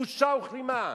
בושה וכלימה.